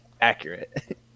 accurate